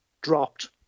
dropped